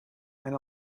and